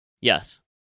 Yes